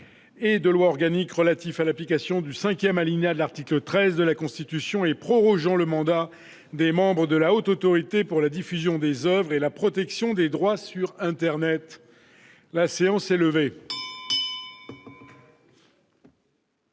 du 23 juillet 2010 relative à l'application du cinquième alinéa de l'article 13 de la Constitution et prorogeant le mandat des membres de la Haute Autorité pour la diffusion des oeuvres et la protection des droits sur internet (procédure accélérée